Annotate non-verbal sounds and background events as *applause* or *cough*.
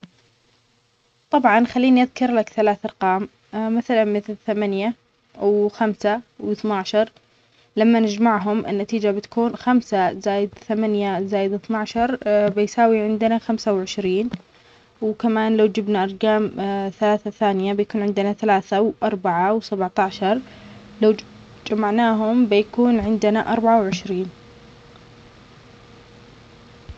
طبعاً خلينى أذكرلك ثلاث أرقام *hesitation* مثلاً مثل ثمانية وخمسة وأثناشر لما نجمعهم النتيجة بتكون خمسة زائد ثمانية زائد اتناشر *hesitation* بيساوى عندنا خمسة وعشرين، وكمان لو جبنا أرجام *hesitation* ثلاثة ثانية بيكون عندنا ثلاثة وأربعة وسبعتاشر لو ج-جمعناهم بيكون عندنا أربعة وعشرين.